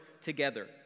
together